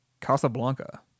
Casablanca